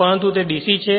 પરંતુ તે DC છે